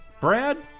Brad